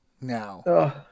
now